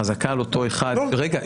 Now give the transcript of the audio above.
חזרה על אותו אחד --- לא.